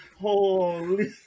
Holy